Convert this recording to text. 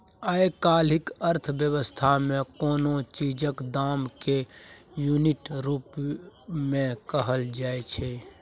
आइ काल्हिक अर्थ बेबस्था मे कोनो चीजक दाम केँ युनिट रुप मे कहल जाइ छै